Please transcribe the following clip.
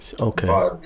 Okay